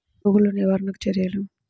పురుగులు నివారణకు చర్యలు?